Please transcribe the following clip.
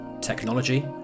technology